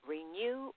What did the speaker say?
Renew